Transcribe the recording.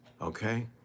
okay